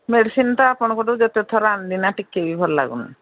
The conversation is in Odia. ମେଡ଼ିସିନ୍ ତ ଆପଣଙ୍କଠୁ ଯେତେ ଥର ଆଣିଲି ନା ଟିକେ ବି ଭଲ ଲାଗୁନି